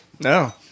No